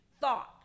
thought